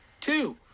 Two